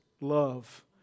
love